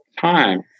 time